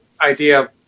idea